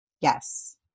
Yes